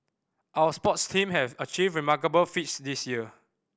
our sports teams have achieved remarkable feats this year